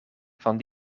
van